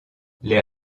les